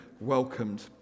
welcomed